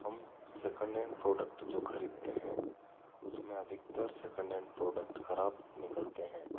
हम second hand product जो खरीदते हैं उसमें अधिकतर सेकेंड हैंड प्रोडक्ट ख़राब निकलते हैं